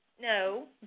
No